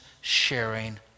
sharing